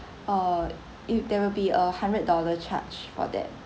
uh if there will be a hundred dollar charge for that